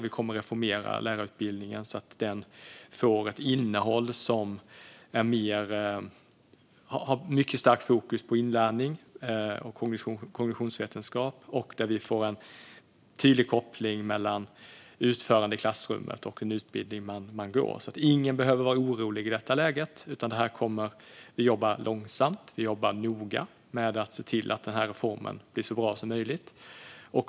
Vi kommer att reformera lärarutbildningen, så att den får ett innehåll med starkt fokus på inlärning och kognitionsvetenskap. Det ska finnas en tydlig koppling mellan utförandet i klassrummet och den utbildning man går. Ingen behöver vara orolig i detta läge. Vi jobbar långsamt. Vi jobbar noga med att se till att denna reform blir så bra som möjligt.